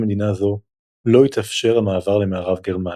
מדינה זו לא התאפשר המעבר למערב גרמניה.